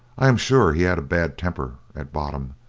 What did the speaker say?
i am sure he had a bad temper at bottom,